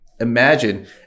imagine